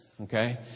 Okay